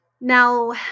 Now